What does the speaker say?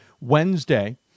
Wednesday